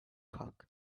cock